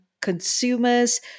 consumers